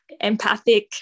empathic